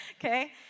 Okay